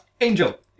Angel